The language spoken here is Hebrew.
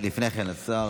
לפני כן, השר,